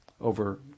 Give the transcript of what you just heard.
over